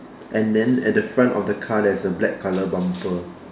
and then at the front of the car there is a black colour bumper